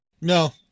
No